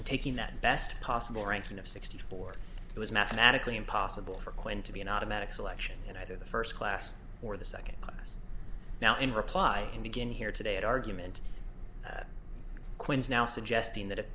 and taking that best possible ranking of sixty four it was mathematically impossible for quinn to be an automatic selection and either the first class or the second was now in reply and begin here today at argument that quinn is now suggesting that